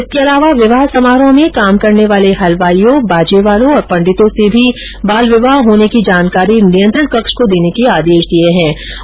इसके अलावा विवाह समारोहों में काम करने वाले हलवाइयों बाजे वालों और पंडितों से भी बाल विवाह होने की जानकारी नियंत्रण कक्ष को देने के आदेष दिये गये है